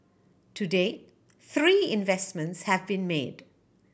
to date three investments have been made